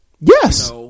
Yes